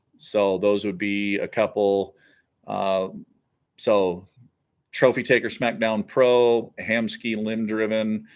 so those would be a couple um so trophy taker smackdown pro ham ski limb driven